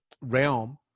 realm